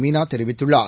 மீனா தெரிவித்துள்ளார்